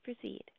proceed